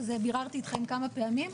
וזה ביררתי איתכם כמה פעמים,